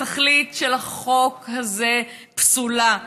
התכלית של החוק הזה פסולה,